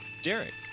Derek